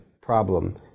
problem